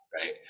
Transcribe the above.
right